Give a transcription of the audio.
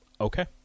Okay